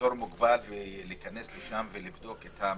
לאזור מוגבל ולהיכנס לשם ולבדוק את המצב,